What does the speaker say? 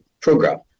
program